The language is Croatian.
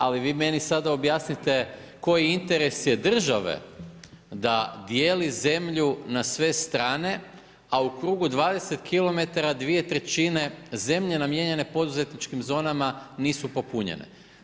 Ali vi meni sada objasnite koji interes je države da dijeli zemlju na sve strane, a u krugu 20 km dvije trećine zemlje namijenjene poduzetničkim zonama nisu popunjene.